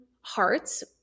hearts